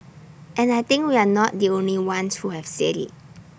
and I think we're not the only ones who have said IT